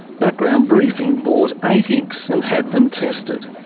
background briefing bought eight inks and had them tested.